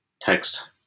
Text